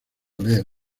leer